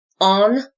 on